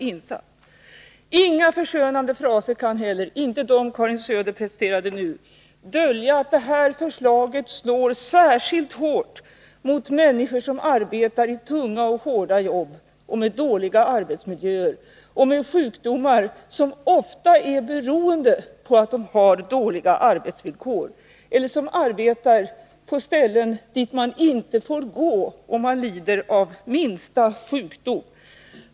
Inga sådana förskönande fraser som Karin Söder nu presterade kan heller dölja det faktum att det här förslaget slår särskilt hårt mot människor som har tungt och hårt jobb med dålig arbetsmiljö, med sjukdomar som ofta beror på de dåliga arbetsvillkoren, eller som arbetar på ställen dit man inte får gå, om man lider av minsta sjukdom.